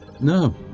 No